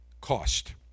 cost